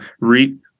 REAP